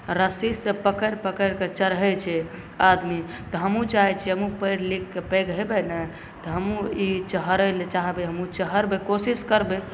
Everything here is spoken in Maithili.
रस्सीसँ पकड़ि पकड़िके चढ़ै छै आदमी तऽ हमहूँ चाहै छिए हमहूँ पढ़ि लिखके पैघ हेबै ने तऽ हमहूँ ई चढ़ैलए चाहबै हमहूँ चढ़बै कोशिश करबै